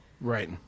right